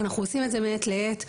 אנחנו עושים את זה מעת לעת.